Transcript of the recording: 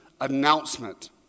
Announcement